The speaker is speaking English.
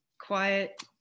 quiet